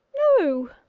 no